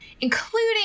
including